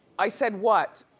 i said, what?